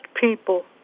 people